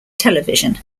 television